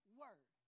word